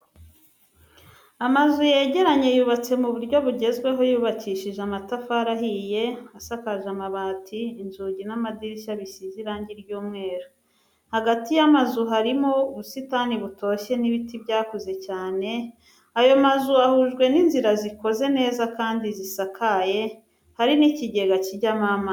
Amazu yegeranye yubatse mu buryo bugezweho yubakishije amatafari ahiye, asakaje amabati, inzugi n'amadirishya bisize irangi ry'umweru, hagati y'amazu harimo ubusitani butoshye n'ibiti byakuze cyane, ayo mazu ahujwe n'inzira zikoze neza kandi zisakaye, hari n'ikigega kijyamo amazi.